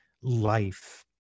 life